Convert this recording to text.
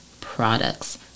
products